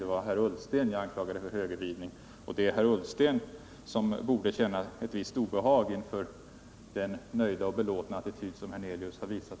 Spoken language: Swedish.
Det var herr Ullsten som jag anklagade för det, och det är herr Ullsten som borde känna ett visst obehag inför den nöjda och belåtna attityd som herr Hernelius har visat.